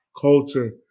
culture